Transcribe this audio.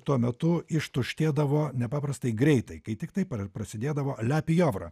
tuo metu ištuštėdavo nepaprastai greitai kai tiktai prasidėdavo le pijovra